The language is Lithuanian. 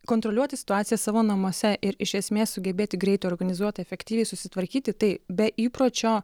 kontroliuoti situaciją savo namuose ir iš esmės sugebėti greitai organizuotai efektyviai susitvarkyti tai be įpročio